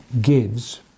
gives